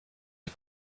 die